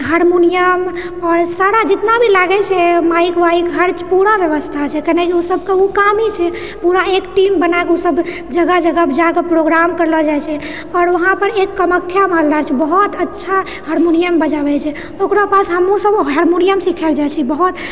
harmonium आओर सारा जितना भी लागैछै माइक वाइक हर पूरा व्यवस्था छै किआकि ओ सबके ओ काम ही छेै पूरा एक टीम बनाकर ओ सब जगह जगह पर जाकर प्रोग्राम करलो जाइछेै आओर वहाँपर एक कामाख्या वाला छै बहुत अच्छा हर्मोनियम बजाबै छै ओकरा पास हमहुँ सब हार्मोनियम सीखेै लए जाइछी बहुत